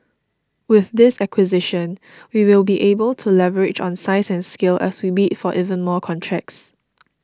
with this acquisition we will be able to leverage on size and scale as we bid for even more contracts